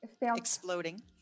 exploding